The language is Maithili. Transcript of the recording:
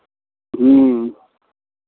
ह्म्म